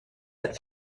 but